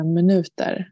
minuter